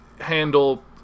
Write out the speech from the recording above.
handle